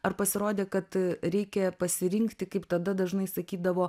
ar pasirodė kad reikia pasirinkti kaip tada dažnai sakydavo